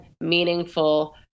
meaningful